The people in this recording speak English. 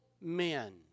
men